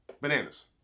Bananas